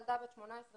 ילדה בת 18-19,